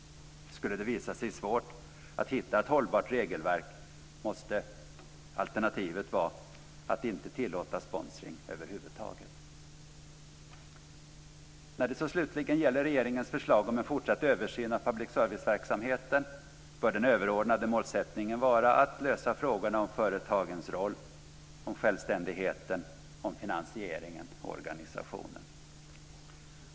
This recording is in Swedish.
Skulle det visa sig svårt att hitta ett hållbart regelverk måste alternativet vara att inte tillåta sponsring över huvud taget. När det slutligen gäller regeringens förslag om en fortsatt översyn av public service-verksamheten bör den överordnade målsättningen vara att lösa frågorna om företagens roll, självständighet, finansiering och organisation.